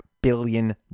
billion